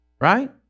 right